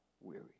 weary